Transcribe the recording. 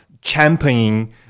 championing